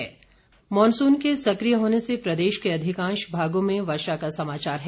मौसम मॉनसून के सक्रिय होने से प्रदेश के अधिकांश भागों में वर्षा का समाचार है